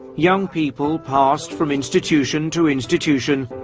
young people passed from institution to institution,